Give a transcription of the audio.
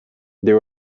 they